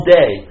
day